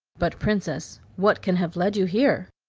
but, princess, what can have led you here?